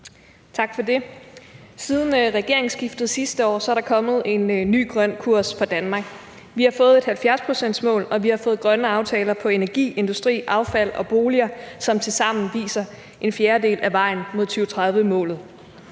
Tak for det. Siden regeringsskiftet sidste år er der kommet en ny grøn kurs for Danmark. Vi har fået et 70-procentsmål, og vi har fået grønne aftaler om energi, industri, affald og boliger, som tilsammen viser en fjerdedel af vejen mod 2030-målet.